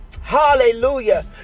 hallelujah